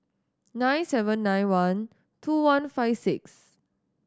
nine seven nine one two one five six